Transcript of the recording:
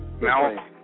Now